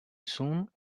soon